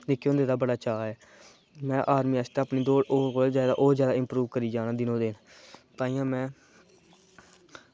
निक्के होंदे दा बड़ा चाऽ ऐ में आर्मी आस्तै होर जादै होर जादै इम्प्रूव करी जा करना दौड़ ताहियें में दौड़